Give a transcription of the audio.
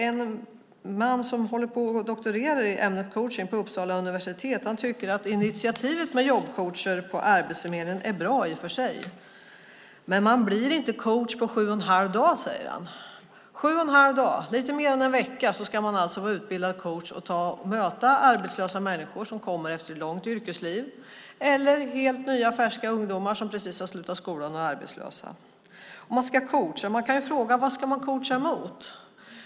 En man som doktorerar i ämnet coachning vid Uppsala universitet tycker att initiativet med jobbcoacher på Arbetsförmedlingen är bra i och för sig. Men man blir inte coach på sju och en halv dag, säger han. På sju och en halv dag, alltså på lite mer än en vecka, ska man vara utbildad coach och möta både arbetslösa människor som kommer efter ett långt yrkesliv och ungdomar som precis har slutat skolan och är arbetslösa. Man ska coacha. Man kan fråga sig vad man ska coacha emot.